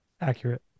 Accurate